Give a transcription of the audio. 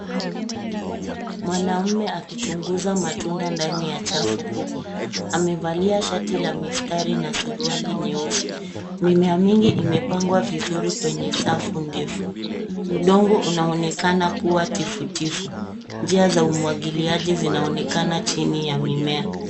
Mwanamume akichunguza matunda ndani ya chafu kubwa. Amevalia shati la mistari na suruali nyeusi. Mimea mingi imepangwa vizuri kwenye safu ndefu. Udongo unaonekana kuwa tifutifu. Njia za umwagiliaji zinaonekana chini ya mimea.